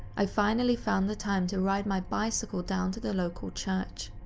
i finally found the time to ride my bicycle down to the local church.